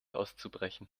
auszubrechen